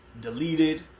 deleted